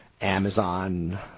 Amazon